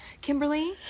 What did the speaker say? Kimberly